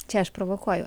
čia aš provokuoju